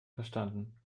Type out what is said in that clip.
verstanden